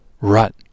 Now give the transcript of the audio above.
rut